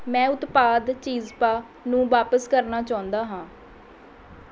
ਮੈਂ ਉਤਪਾਦ ਚਿਜ਼ਪਾ ਨੂੰ ਵਾਪਸ ਕਰਨਾ ਚਾਹੁੰਦਾ ਹਾਂ